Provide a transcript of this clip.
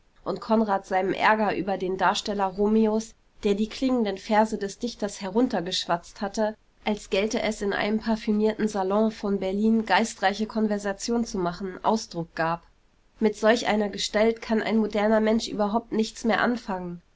und konrad seinem ärger über den darsteller romeos der die klingenden verse des dichters heruntergeschwatzt hatte als gelte es in einem parfümierten salon von berlin w geistreiche konversation zu machen ausdruck gab mit solch einer gestalt kann ein moderner mensch überhaupt nichts mehr anfangen